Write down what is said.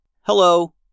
Hello